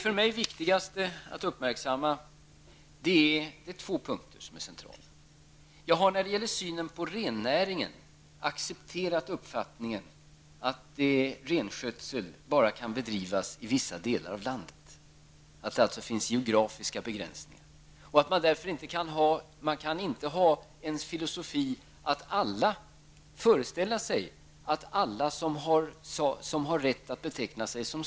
För mig är det två punkter som är centrala i detta sammanhang. Jag har när det gäller synen på rennäringen accepterat uppfattningen att renskötsel bara kan bedrivas i vissa delar av landet, dvs. att det finns geografiska begränsningar. Man kan därför inte ha filosofin att alla som har rätt att beteckna sig som samer också har rätt att bedriva renskötsel.